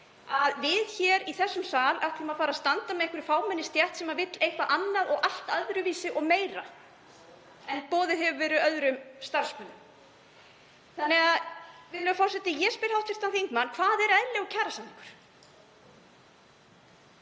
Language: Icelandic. að við hér í þessum sal ætlum að fara að standa með einhverri fámennri stétt sem vill eitthvað annað og allt öðruvísi og meira en boðið hefur verið öðrum starfsmönnum. Virðulegur forseti. Ég spyr hv. þingmann: Hvað er eðlilegur kjarasamningur?